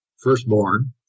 firstborn